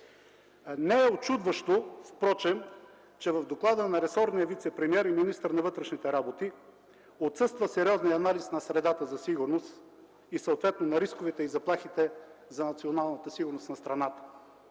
Не е учудващо впрочем, че в доклада на ресорния вицепремиер и министър на вътрешните работи отсъства сериозният анализ на средата за сигурност и съответно на рисковете и заплахите за националната сигурност на страната.